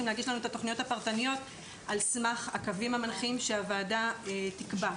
להגיש לנו את התכניות הפרטניות על סמך הקווים המנחים שהוועדה תקבע.